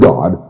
God